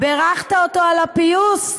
בירכת אותו על הפיוס?